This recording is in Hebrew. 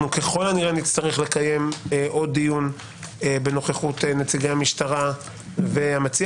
ככל הנראה נצטרך לקיים עוד דיון בנוכחות נציגי המשטרה והמציע,